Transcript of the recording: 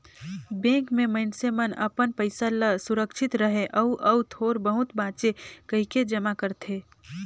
bank में मइनसे मन अपन पइसा ल सुरक्छित रहें अउ अउ थोर बहुत बांचे कहिके जमा करथे